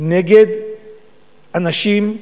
נגד אנשים,